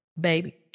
Baby